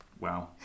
Wow